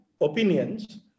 opinions